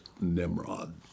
Nimrod